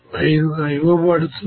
35 ఇవ్వబడుతుంది